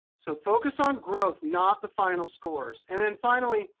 so focus on growth, not the final scores. and then finally,